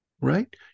right